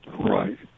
Right